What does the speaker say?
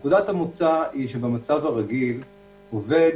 נקודת המוצא היא שבמצב הרגיל עובד